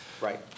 Right